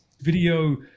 video